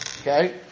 Okay